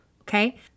Okay